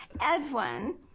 Edwin